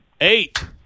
eight